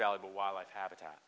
valuable wildlife habitat